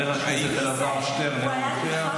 על אהוד ברק.